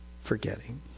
forgetting